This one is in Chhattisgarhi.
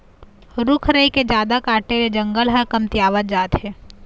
रूख राई के जादा काटे ले जंगल ह कमतियावत जात हे